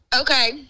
Okay